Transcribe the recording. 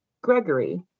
Gregory